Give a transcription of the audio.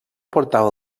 portava